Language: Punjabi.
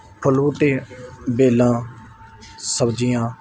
ਫੁੱਲ ਬੂਟੇ ਵੇਲ੍ਹਾਂ ਸਬਜ਼ੀਆਂ